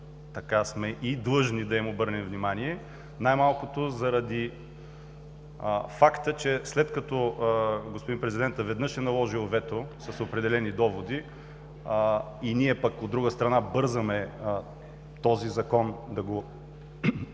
сме длъжни да им обърнем внимание, най-малкото заради факта, че след като господин президентът веднъж е наложил вето с определени доводи и ние пък, от друга страна, бързаме този Закон да го